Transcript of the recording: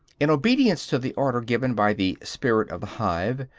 in obedience to the order given by the spirit of the hive,